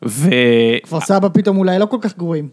ו.. כפר סבא פתאום אולי לא כל כך גרועים.